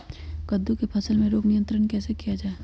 कददु की फसल में रोग नियंत्रण कैसे किया जाए?